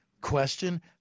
question